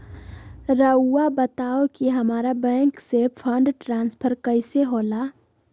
राउआ बताओ कि हामारा बैंक से फंड ट्रांसफर कैसे होला?